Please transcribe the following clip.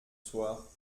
soir